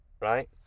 right